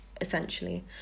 essentially